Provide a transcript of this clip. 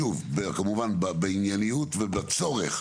שוב, כמובן, בענייניות ובצורך,